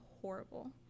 horrible